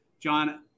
John